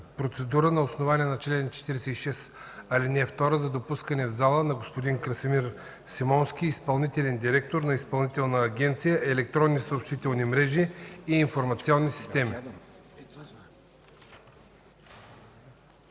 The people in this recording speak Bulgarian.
процедура на основание чл. 46, ал. 2 за допускане в залата на господин Красимир Симонски – изпълнителен директор на Изпълнителна агенция „Електронни съобщителни мрежи и информационни системи”.